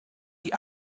die